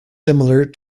similar